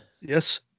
Yes